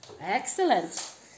Excellent